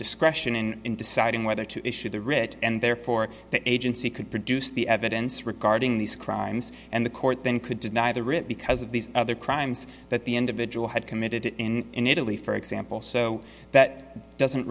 discretion in deciding whether to issue the writ and therefore the agency could produce the evidence regarding these crimes and the court then could deny the writ because of these other crimes that the individual had committed in italy for example so that doesn't